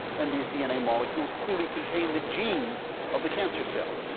and these dna molecules clearly contain the genes of the cancer cell.